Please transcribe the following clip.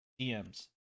DMs